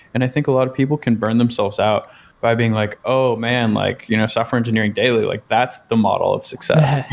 and i think a lot of people can burn themselves out by being like, oh man! like you know software engineering daily, like that's the model of success.